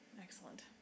excellent